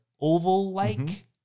oval-like